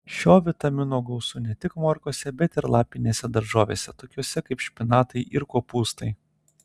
šio vitamino gausu ne tik morkose bet ir lapinėse daržovėse tokiose kaip špinatai ir kopūstai